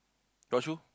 got shoe